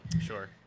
Sure